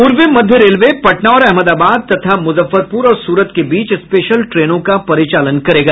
पूर्व मध्य रेलवे पटना और अहमदाबाद तथा मुजफ्फरपुर और सूरत के बीच स्पेशल ट्रेनों का परिचालन करेगा